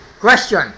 question